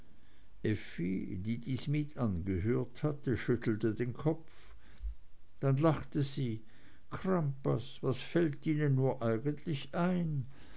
die dies mit angehört hatte schüttelte den kopf dann lachte sie crampas was fällt ihnen nur eigentlich ein